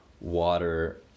water